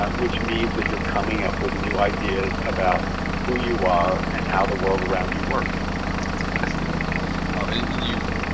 ah which means that you're coming up with new ideas about who you are and how the world around you works it's fascinating, ah and you,